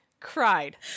cried